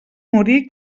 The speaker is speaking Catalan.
morir